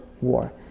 war